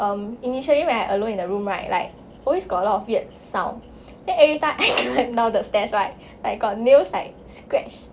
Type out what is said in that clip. um initially when I alone in a room right like always got a lot of weird sounds then everytime I climb down the stairs right like got nails like scratch